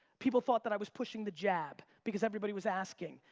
people thought that i was pushing the jab. because everybody was asking.